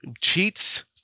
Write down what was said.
cheats